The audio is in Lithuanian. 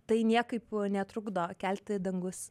tai niekaip netrukdo kelti dangus